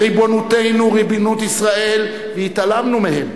בריבונותנו, ריבונות ישראל, והתעלמנו מהם.